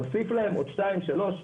להוסיף להם עוד שתיים שלוש,